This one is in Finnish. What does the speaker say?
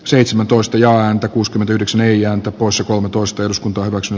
seitsemäntoista ja ääntä kuusikymmentäyhdeksän eijan top poissa kolmetoista eduskunta hyväksyi